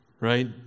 right